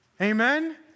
Amen